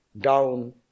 down